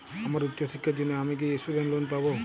আমার উচ্চ শিক্ষার জন্য আমি কি স্টুডেন্ট লোন পাবো